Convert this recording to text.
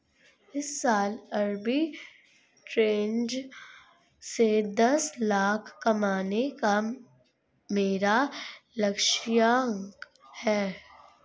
इस साल आरबी ट्रेज़ से दस लाख कमाने का मेरा लक्ष्यांक है